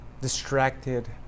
distracted